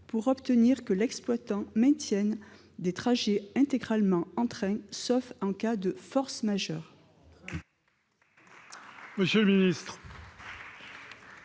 pour obtenir de l'exploitant le maintien des trajets intégralement en train, sauf en cas de force majeure.